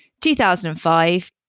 2005